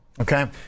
Okay